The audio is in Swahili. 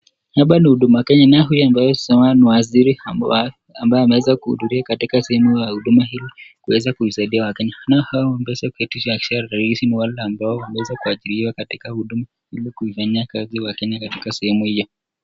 Hapa ni Huduma Kenya, naye huyu anaye simaa ni waziri ambaye ameweza kuhuduria katika sehemu ya huduma hili, kueza kuwasaidia waKenya, nao hawa ambao wameweza kuitisha shae rahisi ni wale ambao wameajiriwa katika huduma, ili kuifanyia kazi waKenya katika sehemu hii.